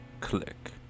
click